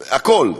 הכול,